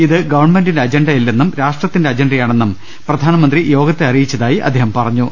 ഇത് ഗവൺമെന്റിന്റെ അജണ്ടയല്ലെന്നും രാഷ്ട്രത്തിന്റെ അജണ്ടയാണെന്നും പ്രധാനമന്ത്രി യോഗത്തെ അറിയിച്ചതായി അദ്ദേഹം പറഞ്ഞു